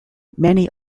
many